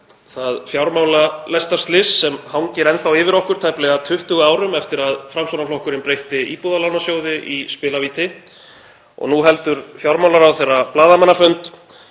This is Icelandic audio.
það fjármálalestarslys sem hangir enn yfir okkur tæplega 20 árum eftir að Framsóknarflokkurinn breytti Íbúðalánasjóði í spilavíti. Nú heldur fjármálaráðherra blaðamannafund